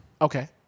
Okay